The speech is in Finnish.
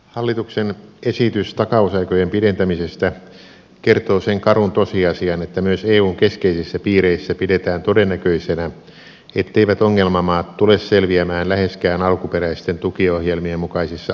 hallituksen esitys takausaikojen pidentämisestä kertoo sen karun tosiasian että myös eun keskeisissä piireissä pidetään todennäköisenä etteivät ongelmamaat tule selviämään läheskään alkuperäisten tukiohjelmien mukaisissa aikatauluissa vastuistaan